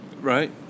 Right